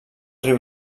riu